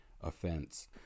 offense